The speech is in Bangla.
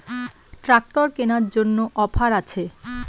ট্রাক্টর কেনার জন্য অফার আছে?